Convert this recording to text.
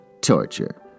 torture